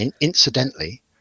incidentally